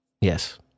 Yes